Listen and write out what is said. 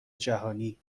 جهانی